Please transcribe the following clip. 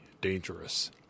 dangerous